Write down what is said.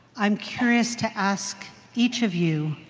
i'm curious to ask each of you,